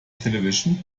television